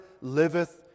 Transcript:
liveth